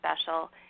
special